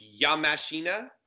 Yamashina